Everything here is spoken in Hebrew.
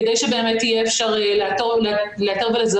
כדי שבאמת אפשר יהיה לאתר ולזהות.